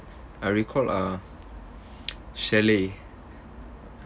I recall uh chalet